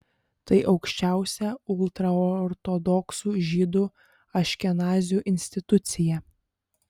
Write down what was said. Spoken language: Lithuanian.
tai aukščiausia ultraortodoksų žydų aškenazių institucija